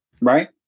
right